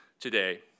today